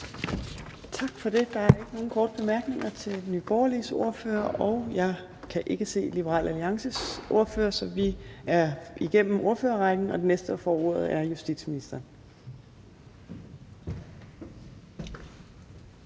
Tak for det. Der er ikke nogen korte bemærkninger til Nye Borgerliges ordfører. Jeg kan ikke se Liberal Alliances ordfører, og så vi er igennem ordførerrækken. Den næste, der får ordet, er justitsministeren.